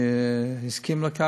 שהסכים לכך,